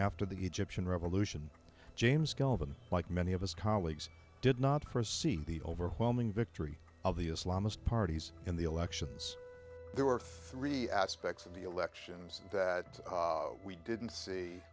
after the egyptian revolution james calvin like many of his colleagues did not first see the overwhelming victory of the islamist parties in the elections there were three aspects of the elections that we didn't see